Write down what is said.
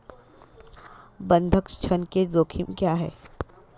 बंधक ऋण के जोखिम क्या हैं?